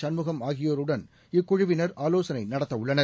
சண்முகம் ஆகியோருடன் இக்குழுவினர் ஆலோசனைநடத்தவுள்ளனர்